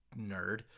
nerd